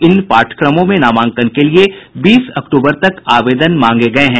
इन पाठयक्रमों में नामांकन के लिए बीस अक्टूबर तक आवेदन मांगा गया है